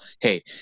hey